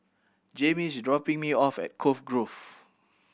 Jammie is dropping me off at Cove Grove